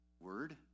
Word